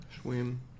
Swim